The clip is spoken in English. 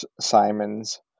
simons